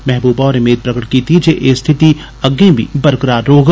महबूबा होरें मेद प्रगट कीती जे एह् स्थिति अग्गग बी बरकरार रौह्ग